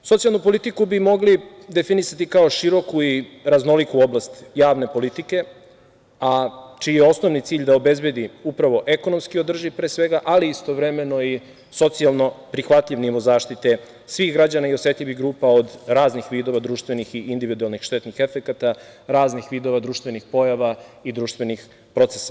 Socijalnu politiku bi mogli definisati i kao široku i raznoliku oblast javne politike, čiji je osnovni cilj da obezbedi upravo ekonomski održiv ali istovremeno i socijalno prihvatljiv nivo zaštite svih građana i osetljivih grupa od raznih vidova društvenih i individualnih štetnih efekata raznih vidova društvenih pojava i društvenih procesa.